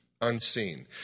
unseen